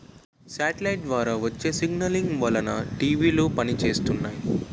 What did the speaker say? satellite ద్వారా వచ్చే signalling వలన టీవీలు పనిచేస్తున్నాయి